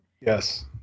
Yes